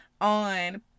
on